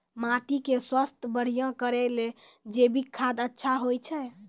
माटी के स्वास्थ्य बढ़िया करै ले जैविक खाद अच्छा होय छै?